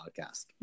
podcast